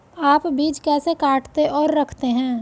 आप बीज कैसे काटते और रखते हैं?